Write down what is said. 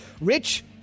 Rich